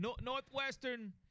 Northwestern